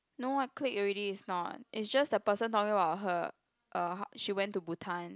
no I click already it's not it's just the person talking about her uh she went to Bhutan